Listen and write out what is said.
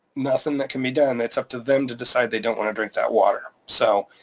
nothing that can be done. it's up to them to decide they don't wanna drink that water, so